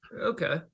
Okay